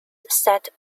set